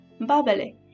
Babele